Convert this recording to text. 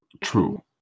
True